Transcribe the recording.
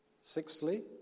Sixthly